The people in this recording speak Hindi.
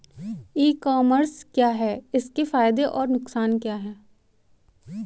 ई कॉमर्स क्या है इसके फायदे और नुकसान क्या है?